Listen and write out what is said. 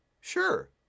Sure